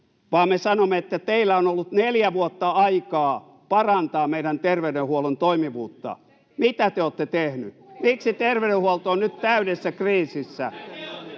vaan me sanomme, että teillä on ollut neljä vuotta aikaa parantaa meidän terveydenhuollon toimivuutta. Mitä te olette tehneet? Miksi terveydenhuolto on nyt täydessä kriisissä?